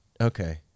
Okay